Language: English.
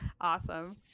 awesome